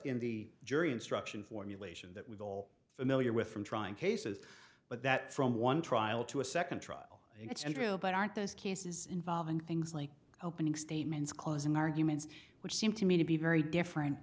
in the jury instruction formulation that we've all familiar with from trying cases but that from one trial to a second trial it's untrue but aren't those cases involving things like opening statements closing arguments which seem to me to be very different